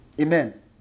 Amen